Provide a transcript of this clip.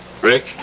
Rick